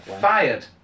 fired